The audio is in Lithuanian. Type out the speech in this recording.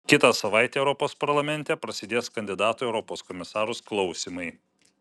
kitą savaitę europos parlamente prasidės kandidatų į europos komisarus klausymai